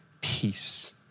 peace